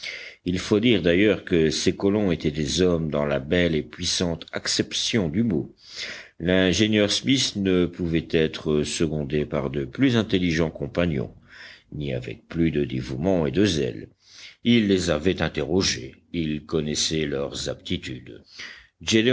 il faut dire d'ailleurs que ces colons étaient des hommes dans la belle et puissante acception du mot l'ingénieur smith ne pouvait être secondé par de plus intelligents compagnons ni avec plus de dévouement et de zèle il les avait interrogés il connaissait leurs aptitudes